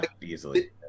easily